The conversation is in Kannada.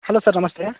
ಹಲೋ ಸರ್ ನಮಸ್ತೆ